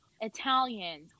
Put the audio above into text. Italian